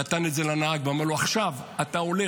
נתן את זה לנהג, ואמר לו: עכשיו אתה הולך.